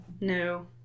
No